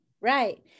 right